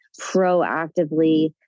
proactively